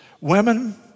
Women